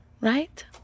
right